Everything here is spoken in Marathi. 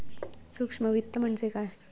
सूक्ष्म वित्त म्हणजे काय?